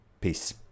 Peace